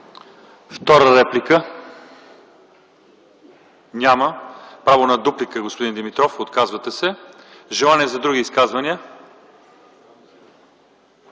Втора реплика? Няма. Право на дуплика, господин Димитров? Отказвате се. Желание за други изказвания?